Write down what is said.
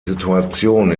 situation